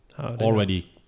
already